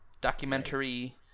documentary